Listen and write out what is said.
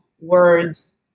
words